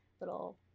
little